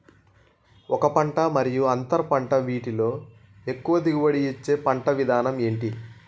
ఒక పంట మరియు అంతర పంట వీటిలో ఎక్కువ దిగుబడి ఇచ్చే పంట విధానం ఏంటి?